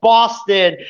Boston